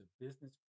business